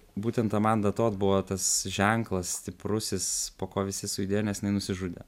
būtent amanda tod buvo tas ženklas stiprusis po ko visi sujudėjo nes jinai nusižudė